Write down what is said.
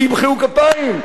וימחאו כפיים?